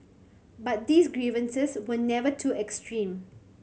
but these grievances were never too extreme